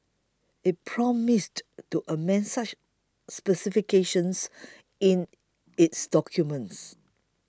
it promised to amend such specifications in its documents